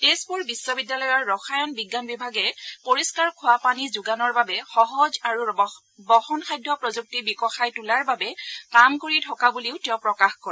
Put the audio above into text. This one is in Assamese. তেজপুৰ বিশ্ববিদ্যালয়ৰ ৰসায়ন বিজ্ঞান বিভাগে পৰিহ্বাৰ খোৱাপানী যোগানৰ বাবে সহজ আৰু বহনসাধ্য প্ৰযুক্তি বিকশাই তোলাৰ বাবে কাম কৰি থকা বুলিও তেওঁ প্ৰকাশ কৰে